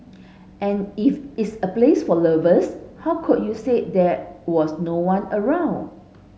and if it's a place for lovers how could you say there was no one around